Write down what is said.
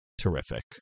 terrific